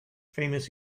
famous